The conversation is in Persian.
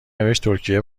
نوشتترکیه